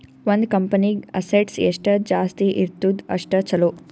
ಒಂದ್ ಕಂಪನಿಗ್ ಅಸೆಟ್ಸ್ ಎಷ್ಟ ಜಾಸ್ತಿ ಇರ್ತುದ್ ಅಷ್ಟ ಛಲೋ